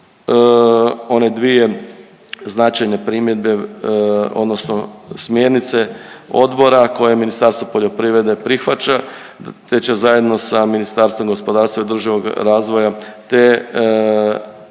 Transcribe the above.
one dvije značajne primjedbe odnosno smjernice odbora koje Ministarstvo poljoprivrede prihvaća te će zajedno s Ministarstvom gospodarstva i održivog razvoja te